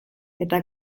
eta